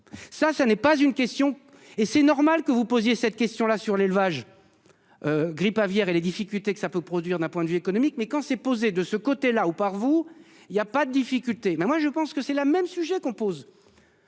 Ça, ça n'est pas une question et c'est normal que vous posiez cette question là sur l'élevage. Grippe aviaire et les difficultés que ça peut produire, d'un point de vue économique mais quand s'est posée de ce côté-là ou par vous, il y a pas de difficulté. Mais moi je pense que c'est la même sujet pose.